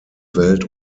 welt